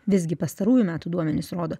visgi pastarųjų metų duomenys rodo